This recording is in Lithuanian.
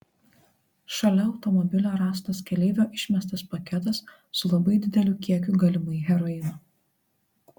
šalia automobilio rastas keleivio išmestas paketas su labai dideliu kiekiu galimai heroino